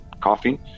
coffee